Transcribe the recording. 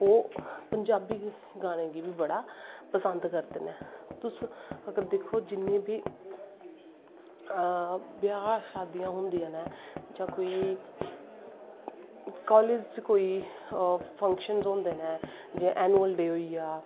ओह् पंजाबी गानें गी बी बड़ा पसंद करदे नै तुस अगर दिक्खो जिन्नी बी ब्याह् शादियां होंदियां नै जां कोई कालेज़ च कोई फंक्शनस होंदे नै जियां ऐनुअल डे होईया